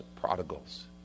prodigals